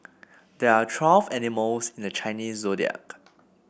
there are twelve animals in the Chinese Zodiac